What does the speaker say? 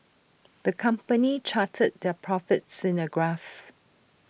the company charted their profits in A graph